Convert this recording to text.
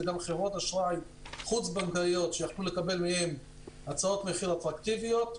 זה גם חברות אשראי חוץ-בנקאיות שיכלו לקבל מהן הצעות מחיר אטרקטיביות.